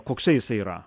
koksai jisai yra